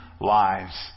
lives